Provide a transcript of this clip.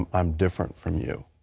um i'm different from you.